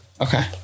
Okay